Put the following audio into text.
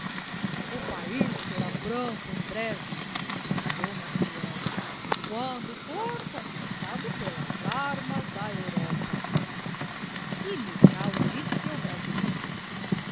o paiz será branco em breve suspirou maciel quando fòr conquistado pelas armas da europa e milkau disse ao brasileiro